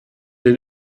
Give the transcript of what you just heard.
den